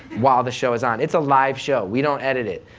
while the show was on. it's a live show, we don't edit it.